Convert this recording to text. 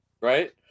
right